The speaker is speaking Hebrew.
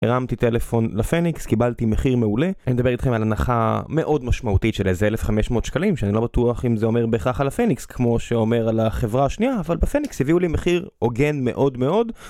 הרמתי טלפון לפניקס, קיבלתי מחיר מעולה, אני מדבר איתכם על הנחה מאוד משמעותית של איזה 1,500 שקלים, שאני לא בטוח אם זה אומר בהכרח על הפניקס, כמו שאומר על החברה השנייה, אבל בפניקס הביאו לי מחיר הוגן מאוד מאוד